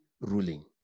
ruling